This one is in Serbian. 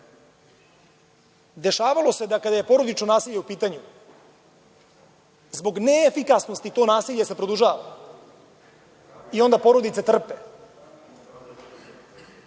jasne.Dešavalo se da kada je porodično naselje u pitanju da zbog neefikasnosti to nasilje se produžava i onda porodice trpe. Pošto